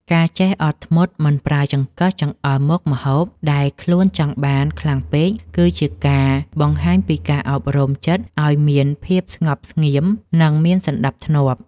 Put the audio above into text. ការចេះអត់ធ្មត់មិនប្រើចង្កឹះចង្អុលមុខម្ហូបដែលខ្លួនចង់បានខ្លាំងពេកគឺជាការបង្ហាញពីការអប់រំចិត្តឱ្យមានភាពស្ងប់ស្ងៀមនិងមានសណ្តាប់ធ្នាប់។